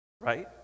right